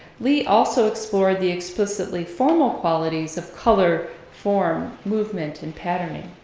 lee also explored the explicitly formal qualities of color, form, movement, and patterning,